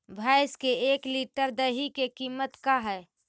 भैंस के एक लीटर दही के कीमत का है?